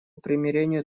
примирению